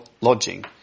lodging